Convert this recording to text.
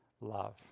love